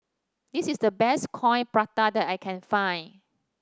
this is the best Coin Prata that I can find